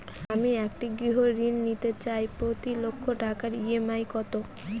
আমি একটি গৃহঋণ নিতে চাই প্রতি লক্ষ টাকার ই.এম.আই কত?